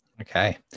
Okay